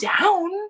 down